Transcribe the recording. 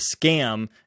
scam